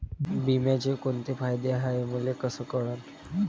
बिम्याचे कुंते फायदे हाय मले कस कळन?